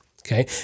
okay